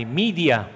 media